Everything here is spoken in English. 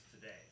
today